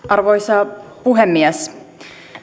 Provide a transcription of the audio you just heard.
arvoisa puhemies